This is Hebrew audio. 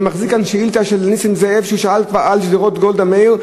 אני מחזיק כאן שאילתה של נסים זאב שהוא כבר שאל על שדרות גולדה מאיר,